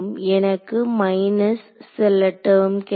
எனக்கு மைனஸ் சில டெர்ம் கிடைக்கும்